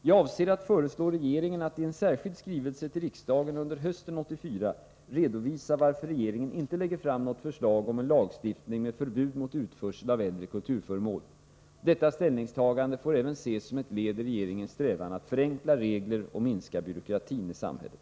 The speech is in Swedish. Jag avser att föreslå regeringen att i en särskild skrivelse till riksdagen under hösten 1984 redovisa varför regeringen inte lägger fram något förslag om en lagstiftning med förbud mot utförsel av äldre kulturföremål. Detta ställningstagande får även ses som ett led i regeringens strävan att förenkla regler och minska byråkratin i samhället.